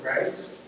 right